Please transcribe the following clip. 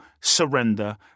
Surrender